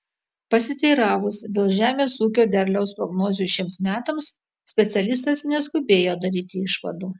pasiteiravus dėl žemės ūkio derliaus prognozių šiems metams specialistas neskubėjo daryti išvadų